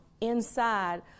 inside